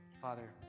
Father